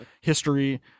history